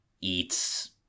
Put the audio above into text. eats